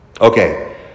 Okay